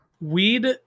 weed